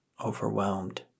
overwhelmed